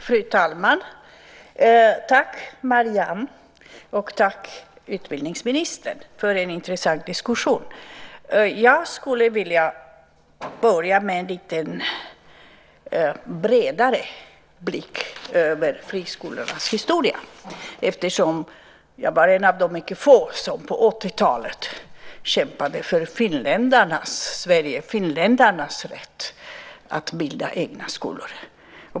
Fru talman! Tack Mariam och tack utbildningsministern för en intressant diskussion. Jag skulle vilja börja med att ge en lite bredare blick över friskolornas historia, eftersom jag var en av de mycket få som på 80-talet kämpade för sverigefinländarnas rätt att bilda egna skolor.